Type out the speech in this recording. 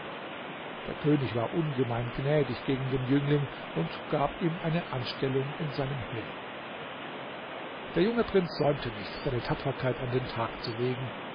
der könig war ungemein gnädig gegen den jüngling und gab ihm eine anstellung in seinem heer der junge prinz säumte nicht seine tapferkeit an den tag zu legen